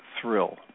thrill